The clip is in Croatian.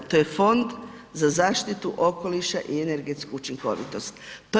To je Fond za zaštitu okoliša i energetsku učinkovitost.